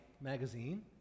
magazine